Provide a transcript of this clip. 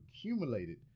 accumulated